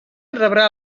rebrà